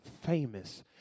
famous